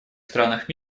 странах